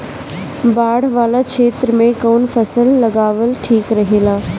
बाढ़ वाला क्षेत्र में कउन फसल लगावल ठिक रहेला?